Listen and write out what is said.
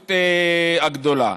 החשיבות הגדולה.